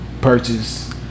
purchase